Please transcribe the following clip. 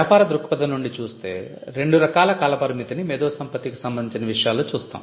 వ్యాపార దృక్పథం నుండి చూస్తే రెండు రకాల కాల పరిమితిని మేధో సంపత్తికి సంబంధించిన విషయాలలో చూస్తాం